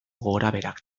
gorabeherak